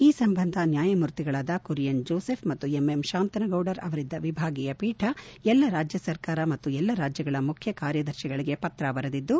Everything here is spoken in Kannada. ಈ ಸಂಬಂಧ ನ್ವಾಯಮೂರ್ತಿಗಳಾದ ಕುರಿಯನ್ ಜೋಸೆಫ್ ಮತ್ತು ಎಂಎಂ ಶಾಂತನಗೌಡರ್ ಅವರಿದ್ದ ವಿಭಾಗೀಯ ಪೀಠ ಎಲ್ಲಾ ರಾಜ್ಯ ಸರ್ಕಾರ ಮತ್ತು ಎಲ್ಲಾ ರಾಜ್ಯಗಳ ಮುಖ್ಯಕಾರ್ಯದರ್ಶಿಗಳಿಗೆ ಪತ್ರ ಬರೆದಿದ್ದು